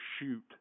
shoot